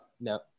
No